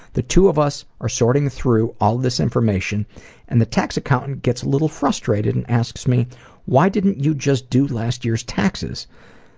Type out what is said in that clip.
the two of us are sorting through all of this information and the tax accountant gets a little frustrated and asks me why didn't you just do last year's taxes?